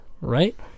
Right